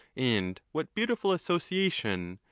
and what beautiful association,